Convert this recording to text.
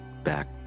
back